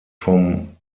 vom